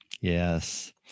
Yes